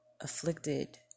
afflicted